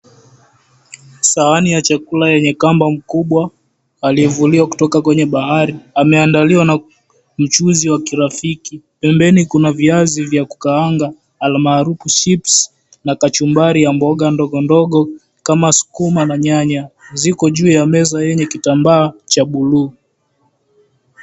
Sahani ya chakula yenye kamba mkubwa aliyevuliwa kutoka kwenye bahari, ameandaliwa na mchuzi wa kirafiki. Pembeni kuna viazi vya kukaanga, almaarufu chips , na kachumbari ya mboga ndogo ndogo, kama sukuma na nyanya. Ziko juu ya meza yenye kitambaa cha buluu.